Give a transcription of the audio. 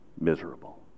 miserable